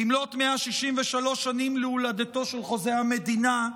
במלאת 163 שנים להולדתו של חוזה המדינה,